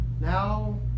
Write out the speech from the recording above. Now